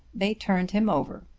they turned him over,